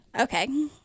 okay